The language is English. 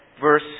verse